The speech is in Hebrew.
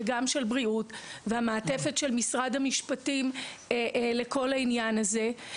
וגם של בריאות ויש גם מעטפת של משרד המשפטים לכל העניין הזה.